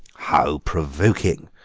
how provoking,